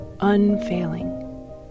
unfailing